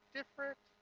different